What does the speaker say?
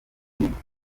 ndirimbo